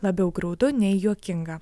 labiau graudu nei juokinga